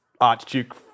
archduke